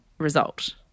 result